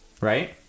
right